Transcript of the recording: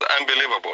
Unbelievable